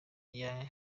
rya